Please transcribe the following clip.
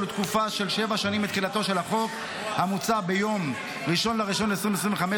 הוא לתקופה של שבע שנים מתחילתו של החוק המוצע ביום 1 בינואר 2025,